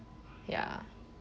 ya